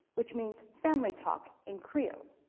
which means family talk in creole.